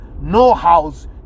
know-hows